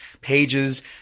pages